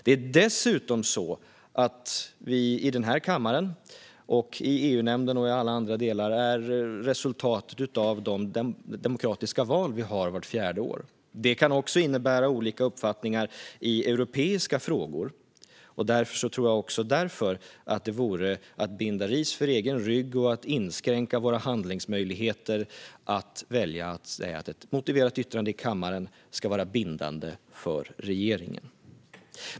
Det är dessutom så att vi i denna kammare, i EU-nämnden och i alla andra delar är resultatet av de demokratiska val som vi har vart fjärde år. Det kan innebära olika uppfattningar i europeiska frågor, och därför tror jag att det vore att binda ris åt egen rygg och inskränka våra handlingsmöjligheter att välja att säga att ett motiverat yttrande i kammaren ska vara bindande för regeringen.